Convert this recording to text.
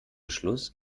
schluss